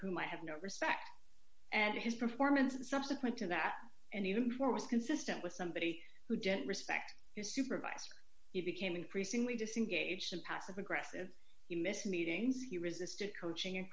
whom i have no respect and his performance and subsequent to that and even more was consistent with somebody who didn't respect his supervisor he became increasingly disengaged and passive aggressive he missed meetings he resisted coaching and